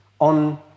on